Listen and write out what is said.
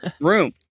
room